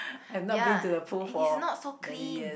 I have not been to a pool for many years